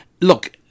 look